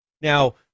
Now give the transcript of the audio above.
Now